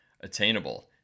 Attainable